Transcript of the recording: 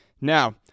Now